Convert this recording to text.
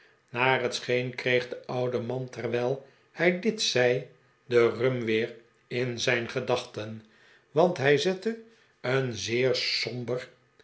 naar het scheen kreeg de oude man terwijl hij dit zei de rum weer in zijn gedachten want hij zette een zeer